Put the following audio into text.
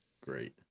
great